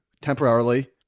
temporarily